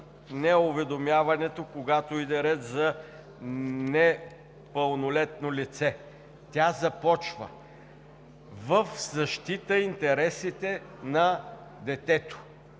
неуведомяването, когато иде ред за непълнолетно лице. Той започва „в защита на интересите на детето“